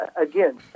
Again